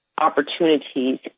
opportunities